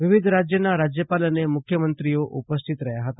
વિવિધ રાજ્યના રાજ્યપાલ અને મુખ્યમંત્રીઓ આ પ્રસંગે ઉપસ્થિત રહ્યા હતા